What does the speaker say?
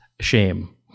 shame